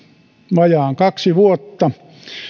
vajaat kaksi vuotta